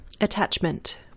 attachment